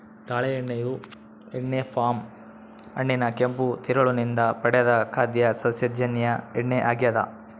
ತಾಳೆ ಎಣ್ಣೆಯು ಎಣ್ಣೆ ಪಾಮ್ ಹಣ್ಣಿನ ಕೆಂಪು ತಿರುಳು ನಿಂದ ಪಡೆದ ಖಾದ್ಯ ಸಸ್ಯಜನ್ಯ ಎಣ್ಣೆ ಆಗ್ಯದ